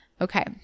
Okay